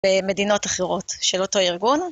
במדינות אחרות של אותו ארגון.